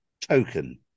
token